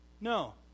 No